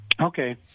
Okay